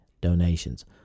donations